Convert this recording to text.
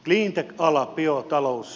cleantech ala biotalous